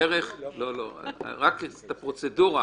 רק לפרוצדורה,